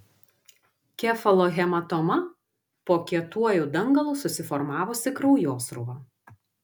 kefalohematoma po kietuoju dangalu susiformavusi kraujosrūva